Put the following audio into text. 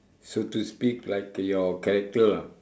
so to speak like your character ah